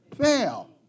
fail